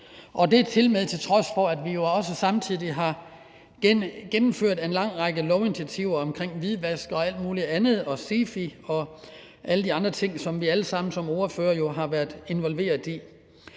og det er tilmed, til trods for at vi samtidig har gennemført en lang række lovinitiativer omkring hvidvask og alt muligt andet – SIFI og alle de andre ting, som vi alle sammen som ordførere har været involveret i.